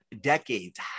decades